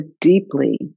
deeply